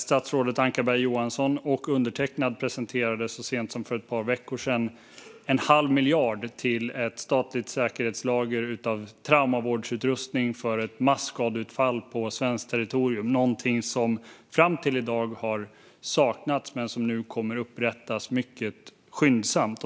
Statsrådet Ankarberg Johansson och undertecknad presenterade så sent som för ett par veckor sedan 1⁄2 miljard till ett statligt säkerhetslager av traumavårdsutrustning för ett masskadeutfall på svenskt territorium. Det är något som fram till i dag har saknats men som nu kommer att upprättas mycket skyndsamt.